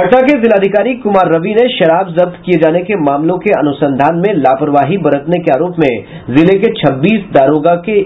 पटना के जिलाधिकारी कुमार रवि ने शराब जब्त किये जाने के मामले के अनुसंधान में लापरवाही बरतने के आरोप में जिले के छब्बीस दारोगाओं का